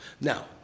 Now